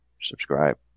subscribe